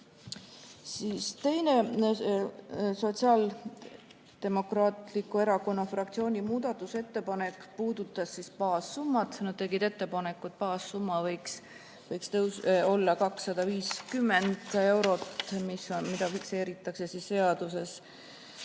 Teine Sotsiaaldemokraatliku Erakonna fraktsiooni muudatusettepanek puudutas baassummat: nad tegid ettepaneku, et baassumma võiks olla 250 eurot, mis fikseeritakse seaduses.